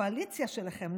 הקואליציה שלכם,